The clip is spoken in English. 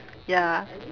ya